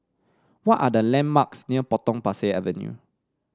what are the landmarks near Potong Pasir Avenue